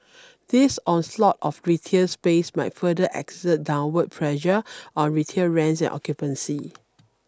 this onslaught of retail space might further exert downward pressure on retail rents and occupancy